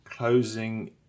closing